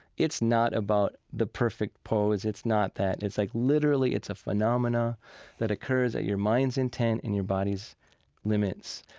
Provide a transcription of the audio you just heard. it's not about the perfect pose. it's not that. it's like literally it's a phenomenon that occurs at your mind's intent and your body's limits.